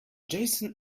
jason